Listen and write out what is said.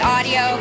Audio